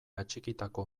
atxikitako